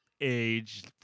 age